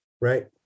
Right